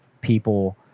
people